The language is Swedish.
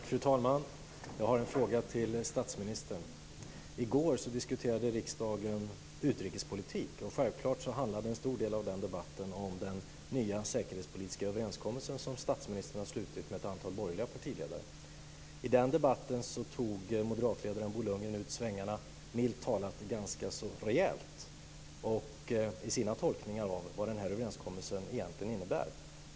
Fru talman! Jag har en fråga till statsministern. I går diskuterade riksdagen utrikespolitik. Självklart handlade en stor del av den debatten om den nya säkerhetspolitiska överenskommelsen som statsministern har slutit med ett antal borgerliga partiledare. I gårdagens debatt tog moderatledaren Bo Lundgren ut svängarna - milt talat - ganska så rejält i sina tolkningar av vad överenskommelsen egentligen innebär.